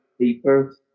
paper